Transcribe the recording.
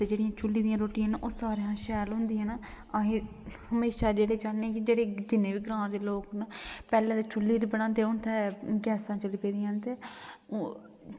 ते जेह्ड़ियां चुल्ली दी रुट्टियां न ओह् सारें कशा शैल होंदियां न अस हमेशा चाह्न्ने कि जिन्ने बी जेह्ड़े ग्राएं दे लोग न पैह्लें चुल्ली पर बनांदे ते हून गैसां चली पेइयां ते